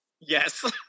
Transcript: Yes